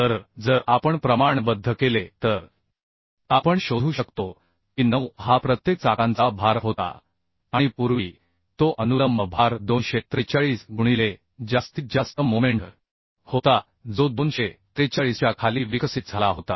तर जर आपण प्रमाणबद्ध केले तर आपण शोधू शकतो की 9 हा प्रत्येक चाकांचा भार होता आणि पूर्वी तो अनुलंब भार 243 गुणिले जास्तीत जास्त मोमेंट होता जो 243 च्या खाली विकसित झाला होता